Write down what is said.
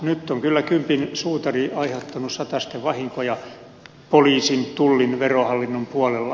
nyt on kyllä kympin suutari aiheuttanut satasten vahinkoja poliisin tullin verohallinnon puolella